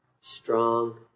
strong